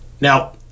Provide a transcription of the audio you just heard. Now